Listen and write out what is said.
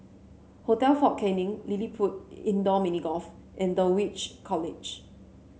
Hotel Fort Canning LilliPutt Indoor Mini Golf and Dulwich College